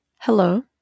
Hello